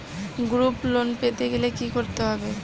Group loan পেতে গেলে কি করতে হবে?